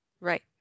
Right